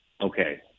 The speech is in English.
Okay